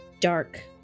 dark